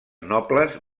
nobles